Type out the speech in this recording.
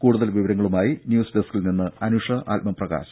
കൂടുതൽ വിവരങ്ങളുമായി ന്യൂസ് ഡെസ്കിൽ നിന്ന് അനുഷ ആത്മപ്രകാശ്